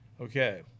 Okay